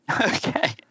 Okay